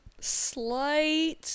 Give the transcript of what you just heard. Slight